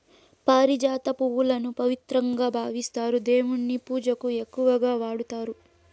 పారిజాత పువ్వులను పవిత్రంగా భావిస్తారు, దేవుని పూజకు ఎక్కువగా వాడతారు